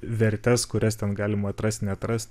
vertes kurias ten galima atrast neatrast